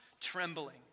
trembling